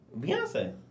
Beyonce